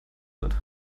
wird